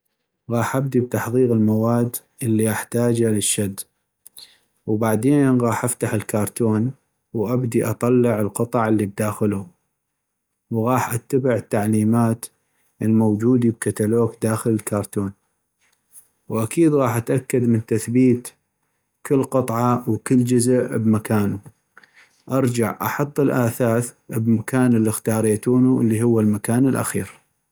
غاح ابدي بتحضيغ المواد اللي احتاجه للشد ، وبعدين غاح افتح الكارتون وابدي اطلع القطع اللي بداخلو ، وغاح اتبع التعليمات الموجودي بكتلوك داخل الكارتون ،واكيد غاح اتأكد من تثبيت كل قطعة وكل جزء بمكانو ، ارجع احط الأثاث بمكان اللي اختاريتونو اللي هو المكان الأخير